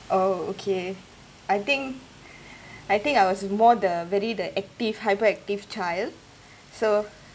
oh okay I think I think I was more the very the active hyperactive child so